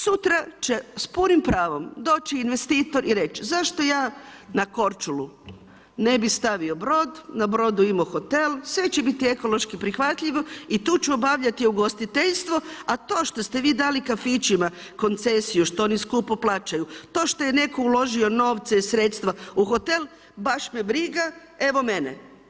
Sutra će s punim pravom doći investitor i reći: zašto ja na Korčulu ne bih stavio brod, na brodu imao hotel, sve će biti ekološki prihvatljivo i tu ću obavljati ugostiteljstvo, a to šte ste vi dali kafićima koncesiju, što oni skupo plaćaju, to što je netko uložio novce i sredstva u hotel, baš me briga, evo mene.